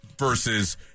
Versus